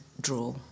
draw